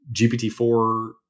GPT-4